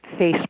Facebook